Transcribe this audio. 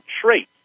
traits